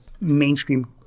mainstream